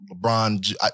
LeBron